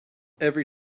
every